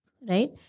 Right